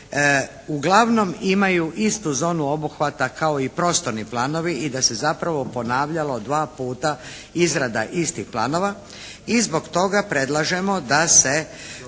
uglavnom imaju istu zonu obuhvata kao i prostornim planovi i da se zapravo ponavljalo dva puta izrada istih planova.